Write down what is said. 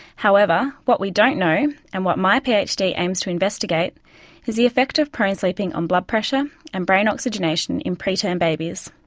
however, what we don't know and what my phd aims to investigate is the effect of prone sleeping on blood pressure and brain oxygenation in preterm and babies.